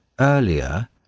Earlier